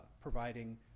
providing